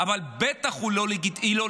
אבל היא בטח לא לגיטימית.